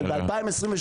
אבל ב-2022,